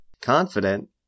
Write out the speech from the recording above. Confident